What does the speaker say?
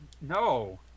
No